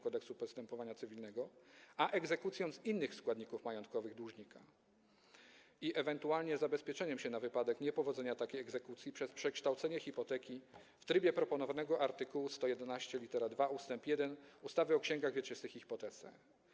Kodeksu postępowania cywilnego a egzekucją z innych składników majątkowych dłużnika i ewentualnie zabezpieczeniem się na wypadek niepowodzenia takiej egzekucji przez przekształcenie hipoteki w trybie proponowanego art. 111 ust. 1 ustawy o księgach wieczystych i hipotece.